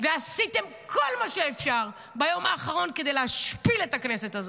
ועשיתם כל מה שאפשר ביום האחרון כדי להשפיל את הכנסת הזאת.